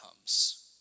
comes